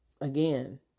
Again